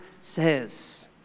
says